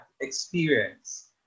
experience